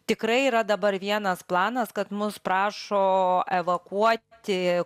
tikrai yra dabar vienas planas kad mus prašo evakuoti